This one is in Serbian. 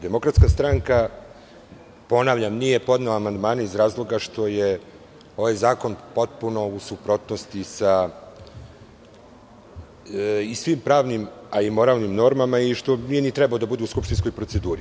Demokratska stranka, ponavljam, nije podnela amandmane iz razloga što je ovaj zakon potpuno u suprotnosti sa svim pravnim i moralnim normama, a i zato što nije ni trebao da bude u skupštinskoj proceduri.